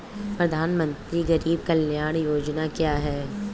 प्रधानमंत्री गरीब कल्याण योजना क्या है?